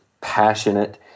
passionate